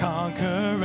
Conquer